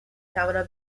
توانم